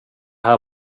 här